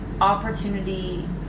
opportunity